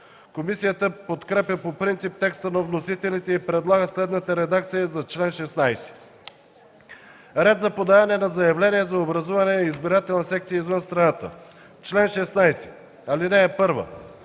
Комисията подкрепя по принцип текста на вносителите и предлага следната редакция за чл. 16: „Ред за подаване на заявления за образуване на избирателни секции извън страната Чл. 16. (1) Български